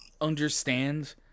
Understand